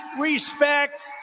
respect